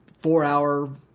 four-hour